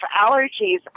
allergies